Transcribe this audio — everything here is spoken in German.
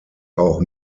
auch